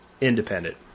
independent